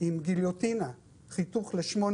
עם גיליוטינה חתכתי את הגיליון לשמונה